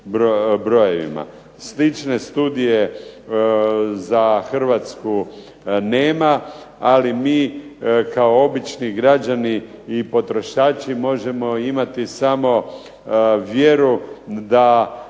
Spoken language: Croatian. Slične studije za Hrvatsku nema, ali mi kao obični građani i potrošači možemo imati samo vjeru da